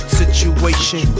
situation